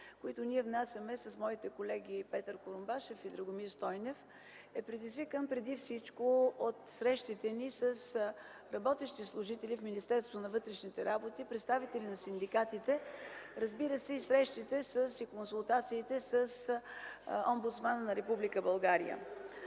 които внасяме с моите колеги Петър Курумбашев и Драгомир Стойнев, са предизвикани преди всичко от срещите ни с работещи служители в Министерството на вътрешните работи, с представители на синдикатите, разбира се, и от срещите и консултациите с омбудсмана на Република